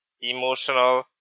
emotional